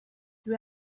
dwi